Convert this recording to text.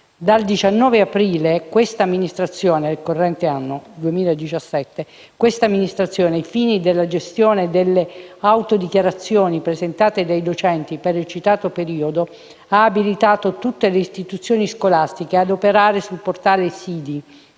Dal 19 aprile del corrente anno questa amministrazione, ai fini della gestione delle autodichiarazioni presentate dai docenti per il citato periodo, ha abilitato tutte le istituzioni scolastiche ad operare sul portale SIDI.